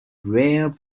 rare